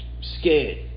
Scared